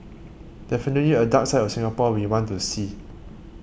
definitely a dark side of Singapore we want to see